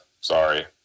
Sorry